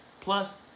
Plus